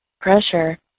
pressure